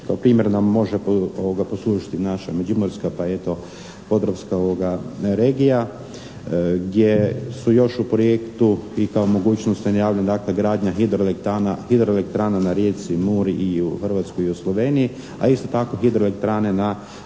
Kao primjer nam može poslužiti naša međimurska, pa eto podravska regija gdje su još u projektu i kao mogućnost se javlja gradnja hidroelektrana na rijeci Muri i u Hrvatskoj i u Sloveniji a isto tako hidroelektrane na rijeci